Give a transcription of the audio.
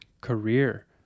career